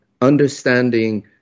understanding